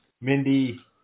Mindy